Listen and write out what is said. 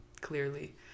clearly